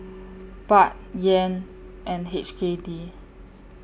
Baht Yen and H K D